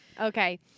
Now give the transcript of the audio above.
Okay